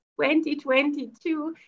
2022